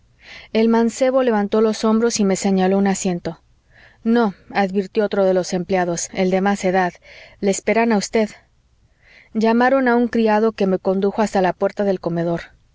el mancebo levantó los hombros y me señaló un asiento no advirtió otro de los empleados el de más edad le esperan a usted llamaron a un criado que me condujo hasta la puerta del comedor